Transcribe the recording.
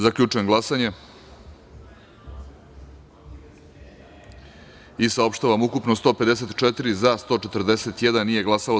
Zaključujem glasanje i saopštavam: ukupno – 154, za – 141, nije glasalo – 13.